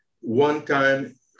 one-time